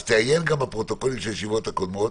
אז תעיין גם בפרוטוקולים של הישיבות הקודמות,